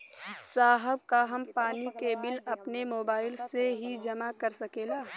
साहब का हम पानी के बिल अपने मोबाइल से ही जमा कर सकेला?